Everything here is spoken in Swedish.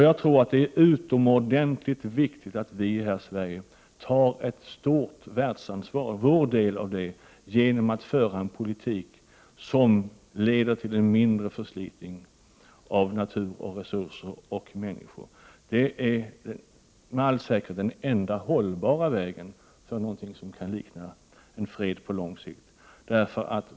Jag tror att det är utomordentligt viktigt att vi här i Sverige tar vår del av världsansvaret genom att föra en politik som leder till en mindre förslitning av natur, resurser och människor. Det är med all säkerhet den enda hållbara vägen till någonting som kan likna fred på lång sikt.